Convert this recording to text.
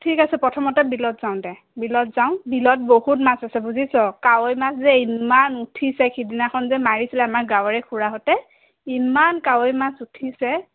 ঠিক আছে প্ৰথমতে বিলত যাওঁ দে বিলত যাওঁ বিলত বহুত মাছ আছে বুজিছ কাৱৈ মাছ যে ইমান উঠিছে সিদিনাখন যে মাৰিছিলে আমাৰ গাঁৱৰে খুৰাহঁতে ইমান কাৱৈ মাছ উঠিছে